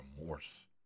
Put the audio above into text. remorse